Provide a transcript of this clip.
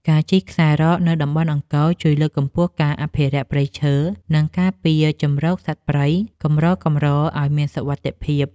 ការជិះខ្សែរ៉កនៅតំបន់អង្គរជួយលើកកម្ពស់ការអភិរក្សព្រៃឈើ និងការពារជម្រកសត្វព្រៃកម្រៗឱ្យមានសុវត្ថិភាព។